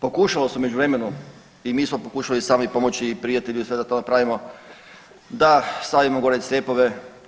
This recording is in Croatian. Pokušalo se u međuvremenu i mi smo pokušali sami pomoći i prijatelji da sve da to napravimo, da stavimo gore crepove.